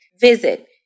Visit